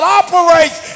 operates